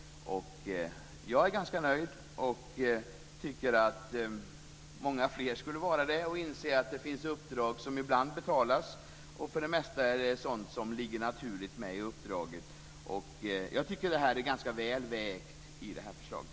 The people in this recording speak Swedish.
Jag är ganska nöjd, och jag tycker att många fler skulle vara det och inse att det finns uppdrag som ibland betalas. För det mesta är det sådant som naturligt ligger med i uppdraget. Jag tycker att det är ganska väl vägt i det här förslaget.